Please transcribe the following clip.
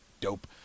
dope